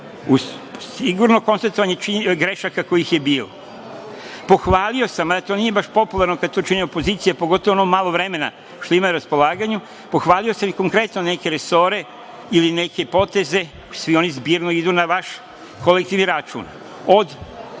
sigurno konstatovanje grešaka kojih je bilo. Pohvalio sam i to nije baš popularno kada to čini opozicija, pogotovo u ono malo vremena što imaju na raspolaganju, pohvalio sam i konkretno neke resore ili neke poteze, svi oni zbirno idu na vaš kolektiv i račun,